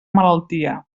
malaltia